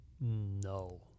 No